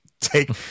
take